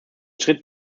schritt